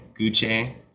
Gucci